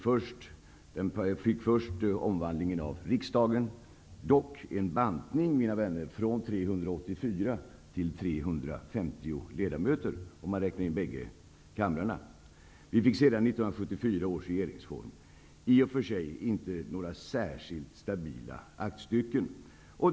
Först kom omvandlingen av riksdagen -- dock, mina vänner, var det en bantning från 384 till 350 ledamöter, bägge kamrarna inräknade. Sedan kom 1974 års regeringsform. I och för sig var det inte några särskilt stabila aktstycken.